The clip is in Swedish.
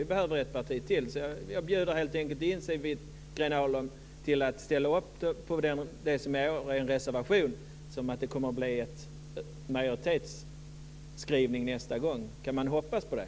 Vi behöver ett parti till, så jag bjuder helt enkelt in Siw Wittgren-Ahl till att ställa upp på det som i år är en reservation och som nästa gång kan bli en majoritetsskrivning. Kan man hoppas på det?